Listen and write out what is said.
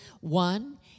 One